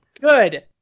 good